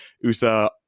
USA